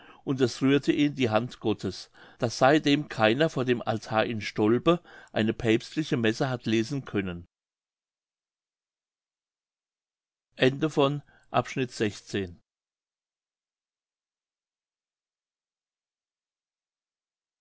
und es rührte ihn die hand gottes daß seitdem keiner vor dem altar in stolpe eine päpstliche messe hat lesen können